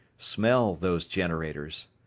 smell those generators.